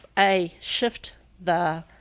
a shift the